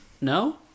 No